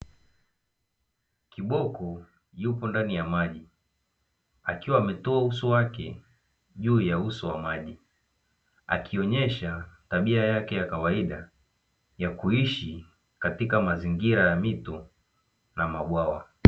Kiboko yupo ndani ya maji akiwa ametoa uso wake juu ya uso wa maji, akionesha tabia yake ya kawaida ya kuishi katika mazingira ya mito na mabwawa.